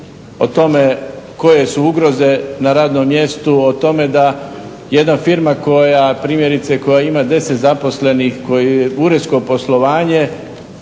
o tome koje su ugroze na radnom mjestu, o tome da jedna firma primjerice koja ima 10 zaposlenih uredsko poslovanje,